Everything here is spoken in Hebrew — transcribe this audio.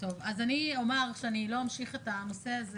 אז אני אומר שאני לא אמשיך את הנושא הזה.